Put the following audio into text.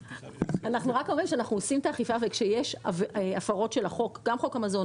אני רק אומרת שאנחנו מבצעים אכיפה וכשיש הפרות של חוק המזון